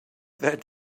that